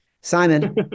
Simon